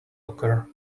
occur